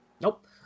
Nope